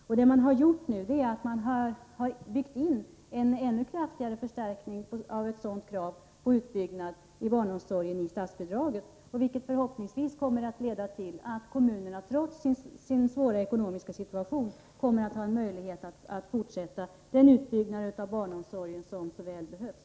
Nu har man i statsbidragssystemet ännu kraftigare förstärkt ett sådant krav på utbyggnad av barnomsorgen, vilket förhoppningsvis kommer att leda till att kommunerna, trots deras svåra ekonomiska situation, har möjlighet att fortsätta den utbyggnad av barnomsorgen som så väl behövs.